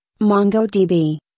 MongoDB